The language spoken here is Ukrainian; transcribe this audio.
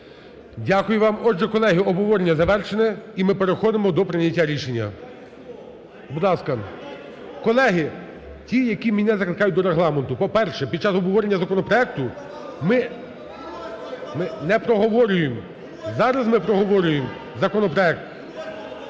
Дякую вам. Отже, колеги, обговорення завершене і ми переходимо до прийняття рішення, будь ласка. Колеги, ті, які мене закликають до Регламенту, по-перше, під час обговорення законопроекту, ми не проговорюємо, зараз ми проговорюємо законопроект.